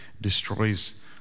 destroys